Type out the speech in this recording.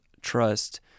trust